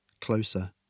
Closer